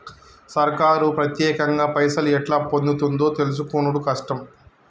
సర్కారు పత్యేకంగా పైసలు ఎట్లా పొందుతుందో తెలుసుకునుడు కట్టం